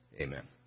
Amen